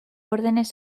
órdenes